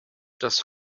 das